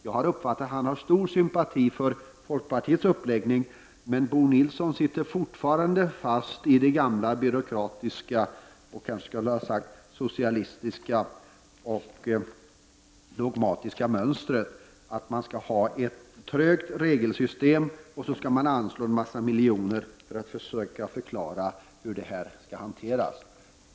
Jag har uppfattat det som att finansministern hyser stor sympati för folkpartiets uppläggning men Bo Nilsson sitter fortfarande fast i det gamla byråkratiska, kanske skall jag säga socialistiska och dogmatiska mönstret som innebär att man skall ha ett trögt regelsystem och att man skall anslå en massa miljoner för att försöka förklara hur detta skall hanteras.